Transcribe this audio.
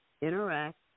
interact